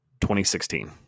2016